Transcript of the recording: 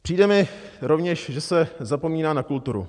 Přijde mi rovněž, že se zapomíná na kulturu.